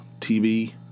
TV